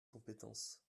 compétence